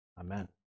Amen